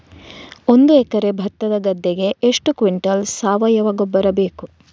ಒಂದು ಎಕರೆ ಭತ್ತದ ಗದ್ದೆಗೆ ಎಷ್ಟು ಕ್ವಿಂಟಲ್ ಸಾವಯವ ಗೊಬ್ಬರ ಬೇಕು?